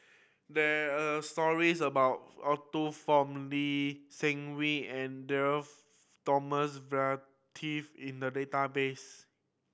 there're stories about Arthur Fong Lee Seng Wee and Thomas Vadaketh in the database